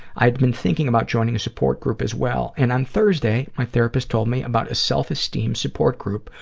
i'd been thinking about joining a support group as well, and on thursday my therapist told me about a self-esteem support group,